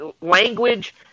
Language